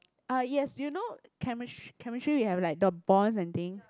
ah yes do you know Chemistry Chemistry we have like the bonds and thing